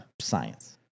science